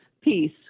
Peace